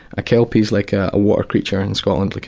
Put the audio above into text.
a kelpie is like a a water creature in scotland. like